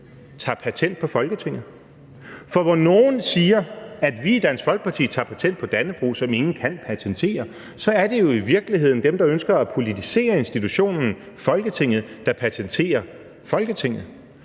tager patent på Folketinget. For hvor nogle siger, at vi i Dansk Folkeparti tager patent på Dannebrog, som ingen kan patentere, så er det jo i virkeligheden dem, der ønsker at politisere institutionen Folketinget, der patenterer Folketinget.